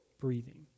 breathing